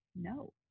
no